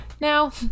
Now